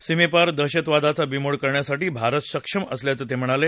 सीमेपार दहशतवादाचा बिमोड करण्यासाठी भारत सक्षम असल्याचं ते म्हणाले